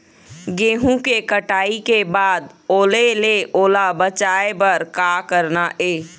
गेहूं के कटाई के बाद ओल ले ओला बचाए बर का करना ये?